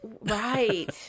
Right